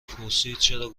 پرسیدچرا